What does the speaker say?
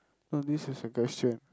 no this is a question